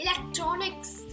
electronics